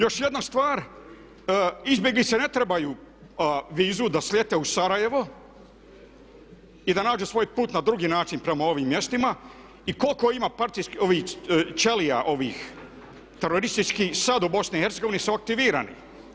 Još jedna stvar, izbjeglice ne trebaju vizu da slete u Sarajevo i da nađe svoj put na drugi način prema ovim mjestima i koliko ima ćelija ovih terorističkih sad u BiH su aktivirani.